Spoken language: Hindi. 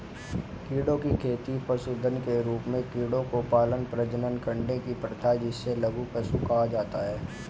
कीड़ों की खेती पशुधन के रूप में कीड़ों को पालने, प्रजनन करने की प्रथा जिसे लघु पशुधन कहा जाता है